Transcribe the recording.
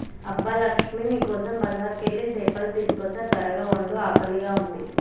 అబ్బ లక్ష్మీ నీ కోసం బజారుకెళ్ళి సేపలు తీసుకోచ్చా త్వరగ వండు ఆకలిగా ఉంది